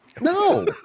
No